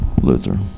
Luther